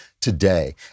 today